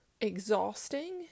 exhausting